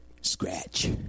Scratch